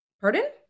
pardon